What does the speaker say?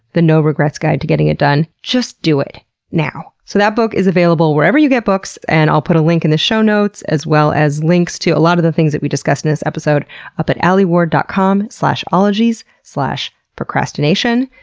the no regrets guide to getting it done just do it now! so that book is available wherever you get books, and i'll put a link in the show notes as well as links to a lot of the things that we discussed in this episode up at alieward dot com ologies procrastination,